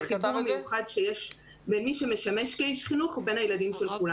לחיבור המיוחד שיש בין מי שמשמש כאיש חינוך ובין הילדים של כולנו.